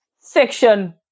section